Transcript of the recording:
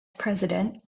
president